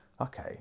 okay